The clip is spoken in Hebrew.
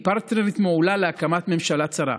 היא פרטנרית מעולה להקמת ממשלה צרה,